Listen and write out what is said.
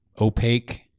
opaque